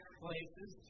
places